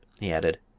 he added.